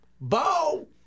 Bo